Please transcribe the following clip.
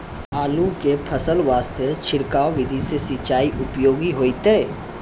आलू के फसल वास्ते छिड़काव विधि से सिंचाई उपयोगी होइतै?